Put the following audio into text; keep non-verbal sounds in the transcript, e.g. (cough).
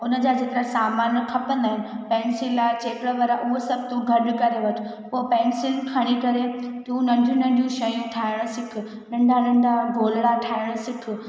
उनजा जेका सामान खपंदा आहिनि पैंसिल आहे (unintelligible) उअ सभु तू गॾु करे वठि पोइ पैंसिल खणी करे तू नंढियूं नंढियूं शयूं ठाइण सिख नंढा नंढा भोलड़ा ठाहिण सिख